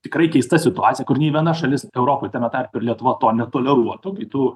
tikrai keista situacija kur nei viena šalis europoj tame tarpe ir lietuva to netoleruotų tai tu